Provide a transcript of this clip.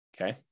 okay